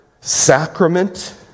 sacrament